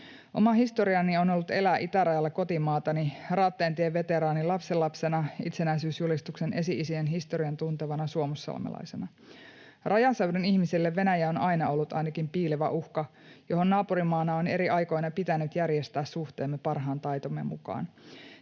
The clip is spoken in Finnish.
Oma historiani on ollut elää itärajalla kotimaatani, Raatteentien veteraanin lapsenlapsena, itsenäisyysjulistuksen esi-isien historian tuntevana suomussalmelaisena. Rajaseudun ihmisille Venäjä on aina ollut ainakin piilevä uhka, johon naapurimaana on eri aikoina pitänyt järjestää suhteemme parhaan taitomme mukaan.